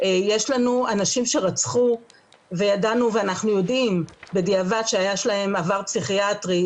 יש לנו אנשים שרצחו וידענו ואנחנו יודעים בדיעבד שיש להם עבר פסיכיאטרי,